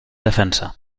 defensa